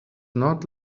not